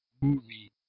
movie